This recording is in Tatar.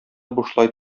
бушлай